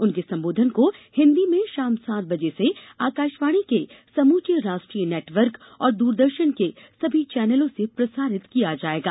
उनके संबोधन को हिन्दी में शाम सात बजे से आकाशवाणी के समुचे राष्ट्रीय नेटवर्क और दूरदर्शन के सभी चैनलों से प्रसारित किया जाएगा